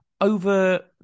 over